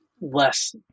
less